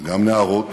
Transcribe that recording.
גם נערות,